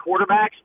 quarterbacks